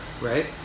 Right